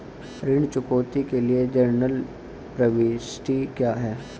ऋण चुकौती के लिए जनरल प्रविष्टि क्या है?